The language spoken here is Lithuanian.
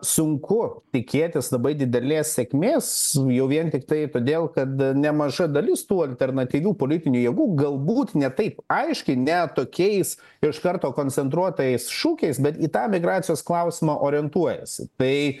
sunku tikėtis labai didelės sėkmės jau vien tiktai todėl kad nemaža dalis tų alternatyvių politinių jėgų galbūt ne taip aiškiai ne tokiais iš karto koncentruotais šūkiais bet į tą migracijos klausimą orientuojasi tai